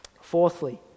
Fourthly